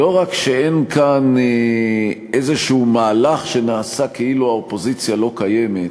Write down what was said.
לא רק שאין כאן איזה מהלך שנעשה כאילו האופוזיציה לא קיימת,